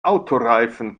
autoreifen